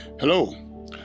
Hello